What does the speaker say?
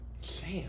Sam